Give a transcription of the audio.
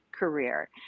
Career